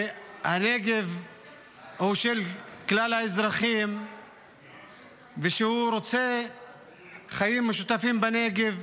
והנגב הוא של כלל האזרחים ושהוא רוצה חיים משותפים בנגב,